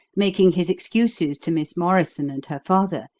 making his excuses to miss morrison and her father,